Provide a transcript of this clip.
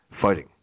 fighting